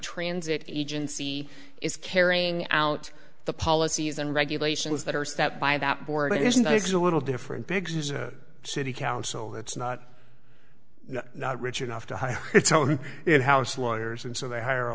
transit agency is carrying out the policies and regulations that are step by that board isn't there is a little different biggs's a city council that's not not rich enough to hire it house lawyers and so they hire a